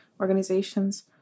organizations